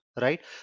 right